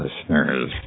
listeners